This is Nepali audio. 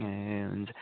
ए हुन्छ